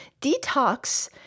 detox